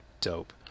dope